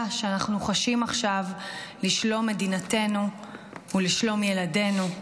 שאנחנו חשים עכשיו לשלום מדינתנו ולשלום ילדינו.